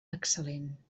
excel·lent